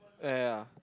yeah yeah yeah